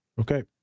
Okay